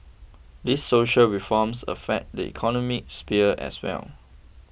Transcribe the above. these social reforms affect the economy sphere as well